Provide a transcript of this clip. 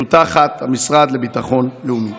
שהוא תחת המשרד לביטחון לאומי.